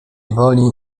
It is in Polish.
woli